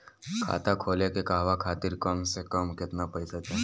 खाता खोले के कहवा खातिर कम से कम केतना पइसा चाहीं?